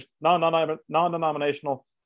non-denominational